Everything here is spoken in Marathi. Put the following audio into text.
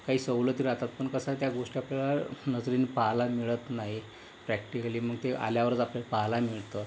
काही सवलती राहतात पण कसं आहे त्या गोष्टी आपल्याला नजरेनी पाहायला मिळत नाहीत प्रॅक्टिकली मग ते आल्यावरच आपल्याला पहायला मिळतं